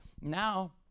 now